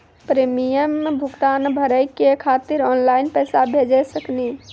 Premium भुगतान भरे के खातिर ऑनलाइन पैसा भेज सकनी?